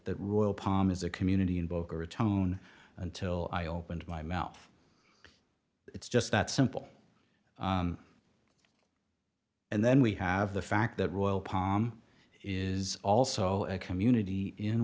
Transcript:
that royal palm is a community in boca raton until i opened my mouth it's just that simple and then we have the fact that royal palm is also a community in